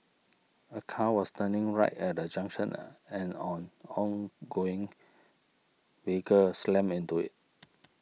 a car was turning right at a junction and on ongoing vehicle slammed into it